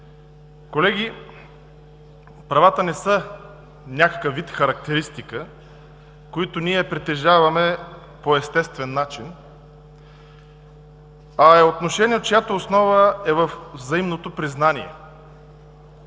Колеги, правата не са някакъв вид характеристика, които ние притежаваме по естествен начин, а е отношение, чиято основа е във взаимното признание.